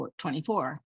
24